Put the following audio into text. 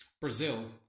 Brazil